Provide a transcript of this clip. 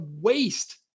waste